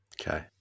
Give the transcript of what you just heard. Okay